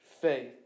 faith